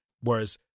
whereas